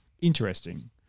interesting